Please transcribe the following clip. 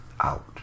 out